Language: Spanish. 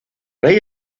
rey